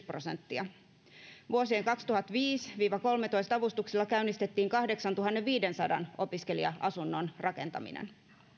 prosenttia vuosien kaksituhattaviisi viiva kaksituhattakolmetoista avustuksilla käynnistettiin kahdeksantuhannenviidensadan opiskelija asunnon rakentaminen